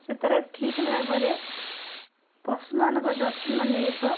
ସେ ତାର ଠିକ୍ ଭାବରେ ପଶୁମାନଙ୍କ ଯତ୍ନ ନେଇବ